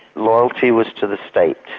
loyalty was to the state.